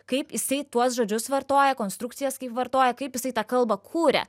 kaip jisai tuos žodžius vartoja konstrukcijas kaip vartoja kaip jisai tą kalbą kuria